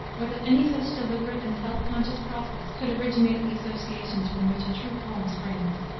or that any such deliberate and self-conscious process could originate the associations from which a true poem springs.